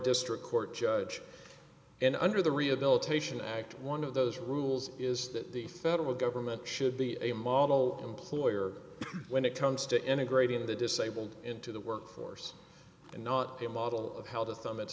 district court judge and under the rehabilitation act one of those rules is that the federal government should be a model employer when it comes to any grading the disabled into the workforce and not a model of how to thumb it